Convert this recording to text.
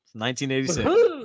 1986